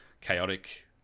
chaotic